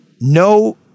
no